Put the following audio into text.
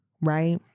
right